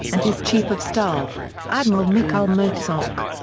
and his chief of staff, admiral mikhail motsak.